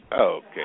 Okay